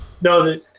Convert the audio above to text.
No